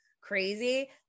crazy